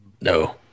No